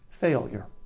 Failure